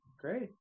Great